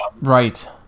Right